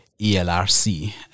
ELRC